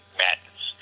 madness